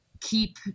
keep